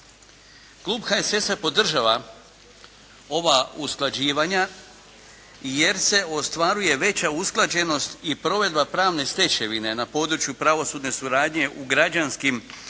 Klub HSS-a podržava ova usklađivanja jer se ostvaruje veća usklađenost i provedba pravne stečevine na području pravosudne suradnje u građanskim i kaznenim